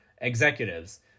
executives